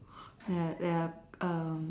their their um